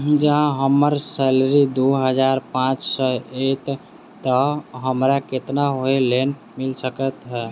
जँ हम्मर सैलरी दु हजार पांच सै हएत तऽ हमरा केतना होम लोन मिल सकै है?